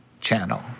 channel